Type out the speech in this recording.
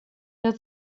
jag